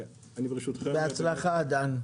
בהצלחה, דן.